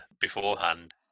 beforehand